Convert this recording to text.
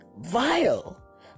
vile